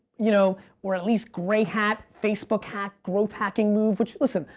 you know or at least gray hat, facebook hack, growth-hacking move, which, listen,